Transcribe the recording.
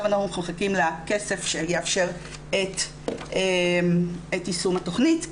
אנחנו מחכים לכסף שיאפשר את יישום התכנית.